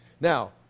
now